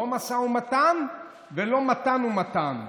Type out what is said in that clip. לא משא מתן, ולא מתן ומתן.